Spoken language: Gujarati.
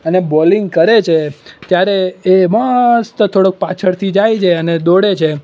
અને બોલિંગ કરે છે ત્યારે એ મસ્ત થોડોક પાછળથી જાય છે અને દોડે છે